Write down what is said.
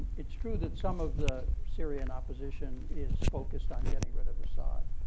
its true that some of the syrian opposition is focused on getting rid of assad,